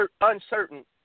uncertain